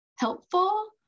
helpful